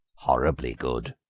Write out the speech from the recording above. horribly good,